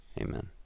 Amen